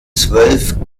zwölf